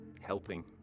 helping